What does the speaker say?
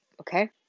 okay